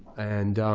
and